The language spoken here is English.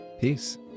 peace